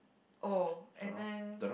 oh and then